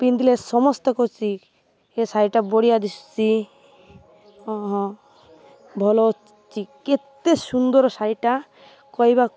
ପିନ୍ଧିଲେ ସମସ୍ତେ ଏ ଶାଢ଼ୀଟା ବଢ଼ିଆ ଦିଶୁଛି ହଁ ଭଲ ଅଛି କେତେ ସୁନ୍ଦର ଶାଢ଼ୀଟା କହିବା